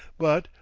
but,